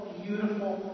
beautiful